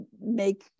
make